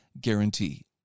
guarantee